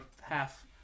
half